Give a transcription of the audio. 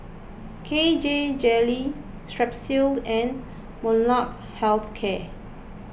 K J Jelly Strepsils and Molnylcke Health Care